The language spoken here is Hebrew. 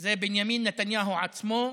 זה בנימין נתניהו עצמו,